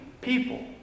people